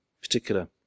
particular